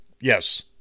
Yes